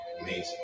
Amazing